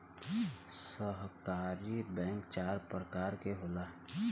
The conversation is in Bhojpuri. सहकारी बैंक चार परकार के होला